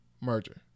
merger